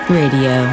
radio